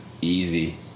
easy